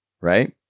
Right